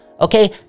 Okay